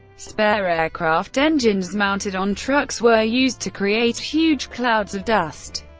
spare aircraft engines mounted on trucks were used to create huge clouds of dust.